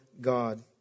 God